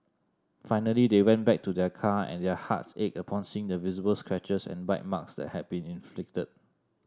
finally they went back to their car and their hearts ached upon seeing the visible scratches and bite marks that had been inflicted